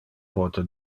pote